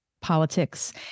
politics